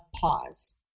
pause